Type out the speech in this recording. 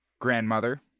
Grandmother